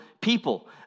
people